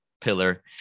pillar